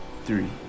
three